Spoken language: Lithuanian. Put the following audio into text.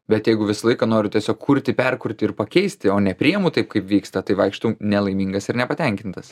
bet jeigu visą laiką noriu tiesiog kurti perkurti ir pakeisti o nepriimu taip kaip vyksta tai vaikštau nelaimingas ir nepatenkintas